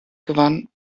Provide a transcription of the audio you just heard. gewann